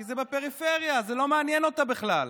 כי זה בפריפריה, זה לא מעניין אותה בכלל.